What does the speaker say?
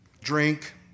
drink